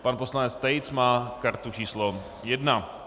Pan poslanec Tejc má kartu číslo 1.